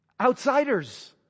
outsiders